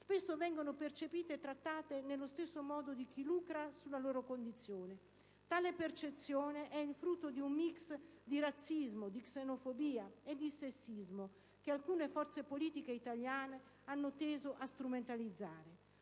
spesso vengono percepite e trattate nello stesso modo di chi lucra sulla loro condizione. Tale percezione è il frutto di un *mix* di razzismo, di xenofobia e di sessismo, che alcune forze politiche italiane hanno teso a strumentalizzare.